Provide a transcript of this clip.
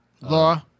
Law